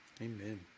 Amen